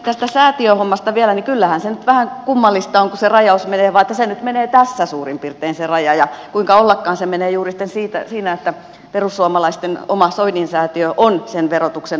tästä säätiöhommasta vielä niin kyllähän se nyt vähän kummallista on kun se rajaus menee vain että se nyt menee tässä suurin piirtein se raja ja kuinka ollakaan se menee sitten juuri siinä että perussuomalaisten oma soinin säätiö on sen verotuksen ulkopuolella